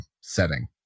setting